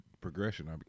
progression